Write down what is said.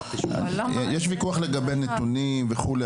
יש ויכוח לגבי הנתונים וכולי,